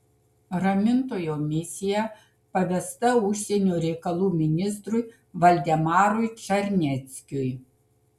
ramintojo misija pavesta užsienio reikalų ministrui valdemarui čarneckiui